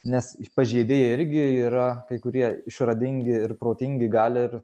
nes pažeidėjai irgi yra kai kurie išradingi ir protingi gali ir